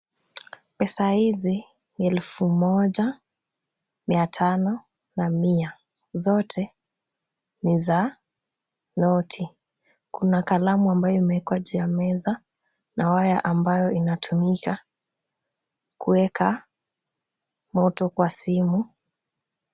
Pesa hizi ni elfu moja, mia tano na mia. Zote ni za noti. Kuna kalamu ambayo imewekwa juu ya meza na waya ambayo inatumika kuweka moto kwa simu.